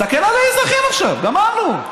תסתכל על האזרחים עכשיו, גמרנו.